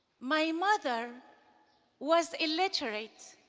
my mother was illiterate.